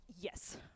Yes